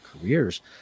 careers